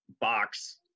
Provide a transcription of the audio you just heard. box